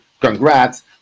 congrats